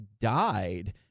died